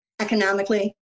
economically